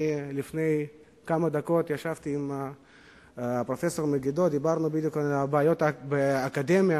לפני כמה דקות ישבתי עם פרופסור מגידור ודיברנו על בעיות האקדמיה.